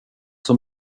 som